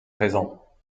présent